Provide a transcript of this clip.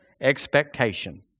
expectation